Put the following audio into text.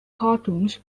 cartoons